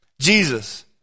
Jesus